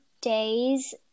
days